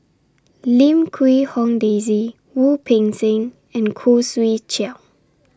Lim Quee Hong Daisy Wu Peng Seng and Khoo Swee Chiow